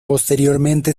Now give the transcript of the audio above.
posteriormente